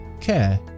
care